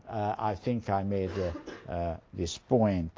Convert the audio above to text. i think i made this point